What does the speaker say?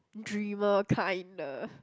dreamer kind the